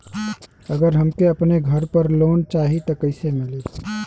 अगर हमके अपने घर पर लोंन चाहीत कईसे मिली?